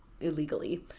illegally